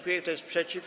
Kto jest przeciw?